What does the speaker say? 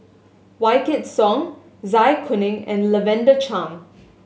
Wykidd Song Zai Kuning and Lavender Chang